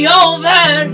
over